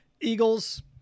Eagles